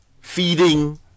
feeding